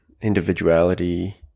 individuality